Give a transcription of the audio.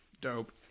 Dope